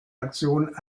aktion